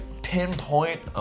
Pinpoint